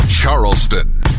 Charleston